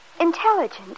Intelligent